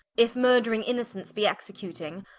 if murthering innocents be executing,